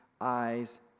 eyes